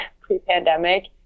pre-pandemic